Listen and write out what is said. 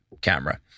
camera